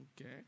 Okay